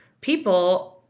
people